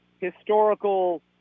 historical